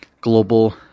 global